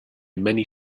many